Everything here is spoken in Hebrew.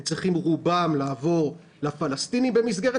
רובם צריכים לעבור לפלסטינים במסגרת